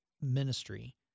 ministry